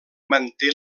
manté